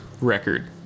record